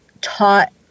taught